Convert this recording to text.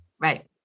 Right